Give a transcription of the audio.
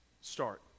Start